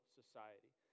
society